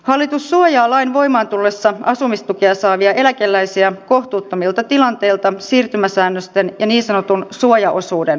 hallitus suojaa lain voimaantullessa asumistukea saavia eläkeläisiä kohtuuttomilta tilanteilta siirtymäsäännösten ja niin sanotun suojaosuuden avulla